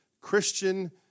Christian